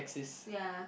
ya